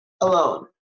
alone